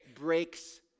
breaks